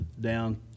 down